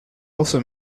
also